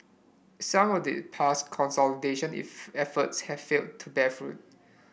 some of the past consolidation efforts have failed to bear fruit